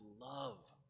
love